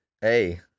Hey